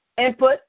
input